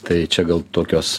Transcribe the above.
tai čia gal tokios